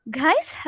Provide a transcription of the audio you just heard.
guys